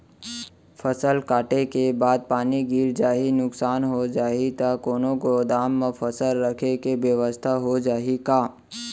फसल कटे के बाद पानी गिर जाही, नुकसान हो जाही त कोनो गोदाम म फसल रखे के बेवस्था हो जाही का?